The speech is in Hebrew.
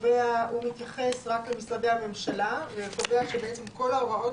מתייחס רק למשרדי הממשלה וקובע שבעצם כל ההוראות